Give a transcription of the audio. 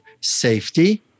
safety